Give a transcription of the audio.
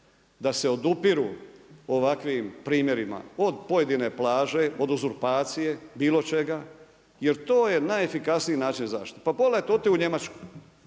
da se odupiru ovakvim primjerima od pojedine plaće, od uzurpacije bilo čega jer to je najefikasniji način zaštite. Pa pogledajte, odite u Njemačku,